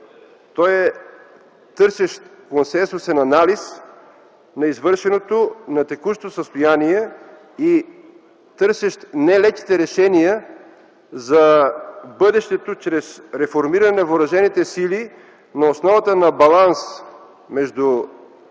Той е търсещ консенсусен анализ на извършеното, на текущото състояние търсещ нелеките решения за бъдещето чрез реформиране на Въоръжените сили на основата на баланс между